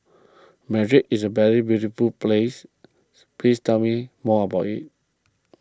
Madrid is a very beautiful place please tell me more about it